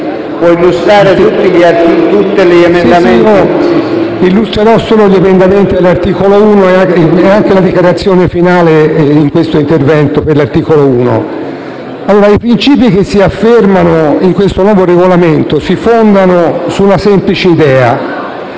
di illustrare tutti gli emendamenti,